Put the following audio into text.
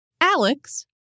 Alex